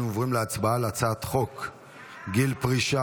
אנו עוברים להצבעה על הצעת חוק גיל פרישה